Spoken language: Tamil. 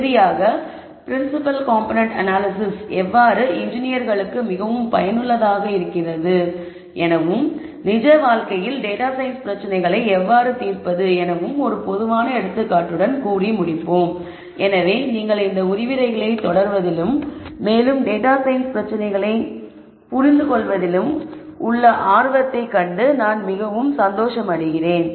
இறுதியாக ப்ரின்சிபிள் காம்போனென்ட் அனாலிசிஸ் எவ்வாறு என்ஜினீர்களுக்கு மிகவும் பயனுள்ளதாக இருக்கும் எனவும் நிஜ வாழ்க்கை டேட்டா சயின்ஸ் பிரச்சினைகளை எவ்வாறு தீர்ப்பது எனவும் ஒரு பொதுவான எடுத்துக்காட்டுடன் கூறி முடிப்போம் எனவே நீங்கள் இந்த விரிவுரைகளைத் தொடர்வதையும் மேலும் டேட்டா சயின்ஸ் பிரச்சினைகளை புரிந்துகொள்வதையும் கண்டு நான் சந்தோஷமடைகிரேன